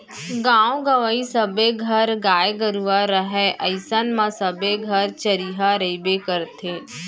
गॉंव गँवई सबे घर गाय गरूवा रहय अइसन म सबे घर चरिहा रइबे करथे